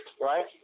Right